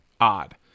odd